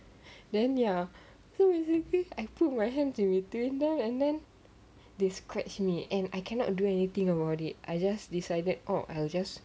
then ya so basically I put my hand to between them and then they scratched me and I cannot do anything about it I'll just